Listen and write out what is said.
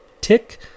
tick